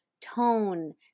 tone